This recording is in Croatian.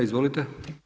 Izvolite.